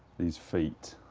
these feet.